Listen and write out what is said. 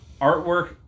Artwork